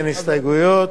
בעד, 10, מתנגדים,